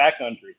backcountry